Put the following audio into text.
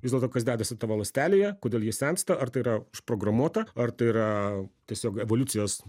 vis dėlto kas dedasi tavo ląstelėje kodėl ji sensta ar tai yra užprogramuota ar tai yra tiesiog evoliucijos